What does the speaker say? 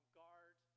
guard